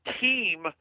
team